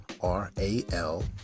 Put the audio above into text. R-A-L